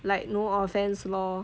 like no offence lor